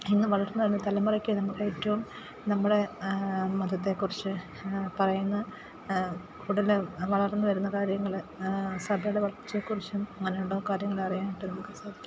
ഇന്നു വളർന്നു വരുന്ന തലമുറയ്ക്ക് നമുക്ക് ഏറ്റവും നമ്മുടെ മതത്തെക്കുറിച്ച് പറയുന്ന കൂടുതൽ വളർന്നുവരുന്ന കാര്യങ്ങൾ സഭയുടെ വളർച്ചയെക്കുറിച്ചും അങ്ങനെയുള്ള കാര്യങ്ങൾ അറിയാനായിട്ട് നമുക്കു സാധിക്കും